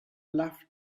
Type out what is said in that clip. loved